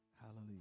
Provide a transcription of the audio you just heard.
Hallelujah